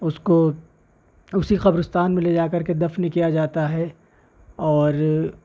اس کو اسی قبرستان میں لے جا کرکے دفن کیا جاتا ہے اور